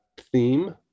theme